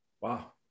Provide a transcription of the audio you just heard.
Wow